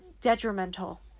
detrimental